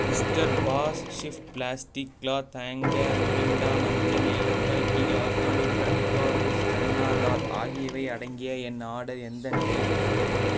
mister Bass Swift plastic cloth hanger ஒலிண்டா மஞ்சள் ஏலக்காய் tea organic Tattva rose chana dal ஆகியவை அடங்கிய என் ஆர்டர் எந்த நிலையில் உள்ளது